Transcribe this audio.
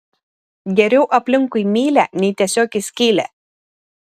geriau aplinkui mylią nei tiesiog į skylę